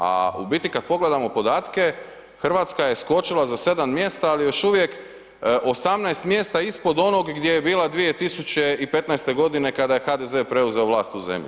A u biti kad pogledamo podatke Hrvatska je skočila za 7 mjesta ali je još uvijek 18 mjesta ispod onog gdje je bila 2015. godine kada je HDZ preuzeo vlast u zemlji.